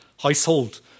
household